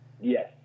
Yes